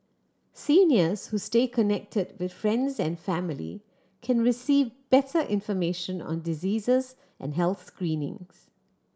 seniors who stay connected with friends and family can receive better information on diseases and health screenings